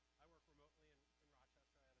i work remotely in rochester. i